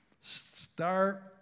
Start